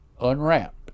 unwrapped